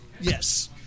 Yes